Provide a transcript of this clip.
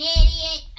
idiot